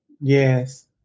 Yes